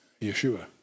Yeshua